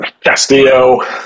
Castillo